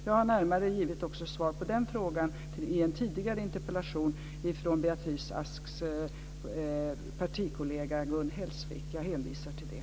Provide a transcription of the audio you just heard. Jag har närmare givit svar också på den frågan i en tidigare interpellation från Beatrice Asks partikollega, Gun Hellsvik. Jag hänvisar till det.